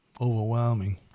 overwhelming